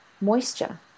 moisture